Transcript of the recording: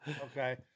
okay